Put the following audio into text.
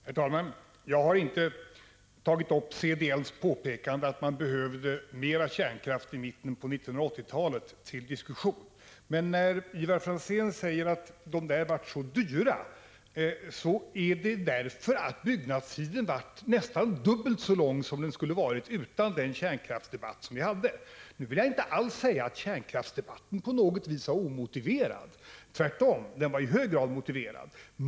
Herr talman! Jag har inte tagit upp CDL:s påpekande att man skulle behöva mer kärnkraft i mitten på 1980-talet till diskussion. Men när Ivar Franzén säger att de kraftverken blev mycket dyra vill jag framhålla att det beror på att byggnadstiden blev nästan dubbelt så lång som den skulle ha blivit utan den kärnkraftsdebatt som vi hade. Jag vill inte alls säga att kärnkraftsdebatten på något vis var omotiverad. Tvärtom! Den var i hög grad motiverad.